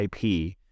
IP